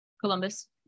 Columbus